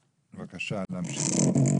בבקשה, להמשיך.